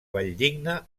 valldigna